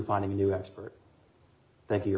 finding a new expert thank you